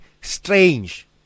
strange